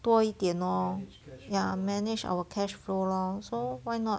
多一点 lor ya manage our cash flow lor so why not